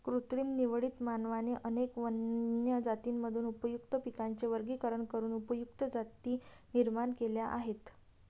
कृत्रिम निवडीत, मानवाने अनेक वन्य जातींमधून उपयुक्त पिकांचे वर्गीकरण करून उपयुक्त जाती निर्माण केल्या आहेत